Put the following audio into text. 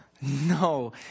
No